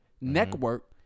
network